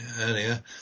earlier